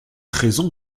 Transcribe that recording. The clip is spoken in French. raison